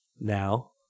Now